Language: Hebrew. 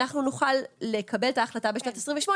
אנחנו נוכל לקבל את ההחלטה בשנת 2028,